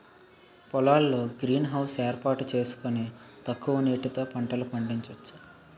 పొలాల్లో greenhouse ఏర్పాటు సేసుకొని తక్కువ నీటితో పంటలు పండించొచ్చు